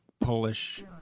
Polish